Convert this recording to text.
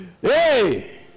Hey